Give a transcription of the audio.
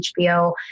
HBO